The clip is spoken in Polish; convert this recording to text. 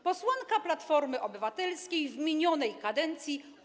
Posłanka Platformy Obywatelskiej w minionej kadencji.